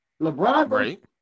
LeBron